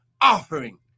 offering